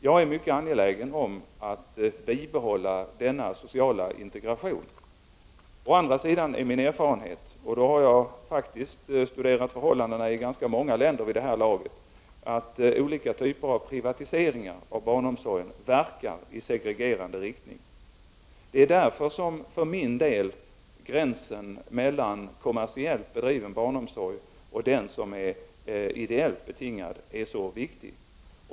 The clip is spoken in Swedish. Jag är mycket angelägen om att bibehålla denna sociala integration. Men min erfarenhet är — jag har faktiskt studerat förhållandena i ganska många länder vid det här laget — att olika typer av privatisering av barnomsorgen verkar i segregerande riktning. Det är därför som gränsen mellan kommersiellt bedriven barnomsorg och den som är ideellt betingad för min del är så viktig.